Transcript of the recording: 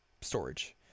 storage